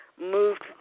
moved